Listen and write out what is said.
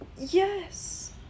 Yes